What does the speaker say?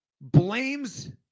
blames